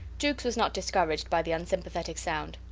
jukes was not discouraged by the unsympathetic sound.